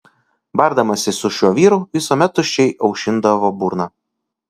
bardamasi su šiuo vyru visuomet tuščiai aušindavo burną